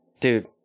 Dude